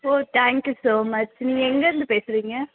O thank you so much நீங்கள் எங்கேயிருந்து பேசுகிறீங்க